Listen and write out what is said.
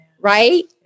right